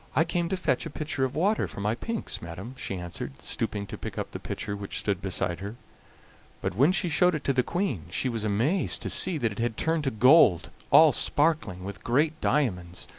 i came to fetch a pitcher of water for my pinks, madam, she answered, stooping to pick up the pitcher which stood beside her but when she showed it to the queen she was amazed to see that it had turned to gold, all sparkling with great diamonds,